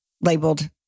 labeled